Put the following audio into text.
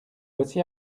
voici